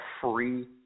free